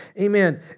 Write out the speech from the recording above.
Amen